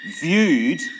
viewed